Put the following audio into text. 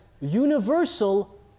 universal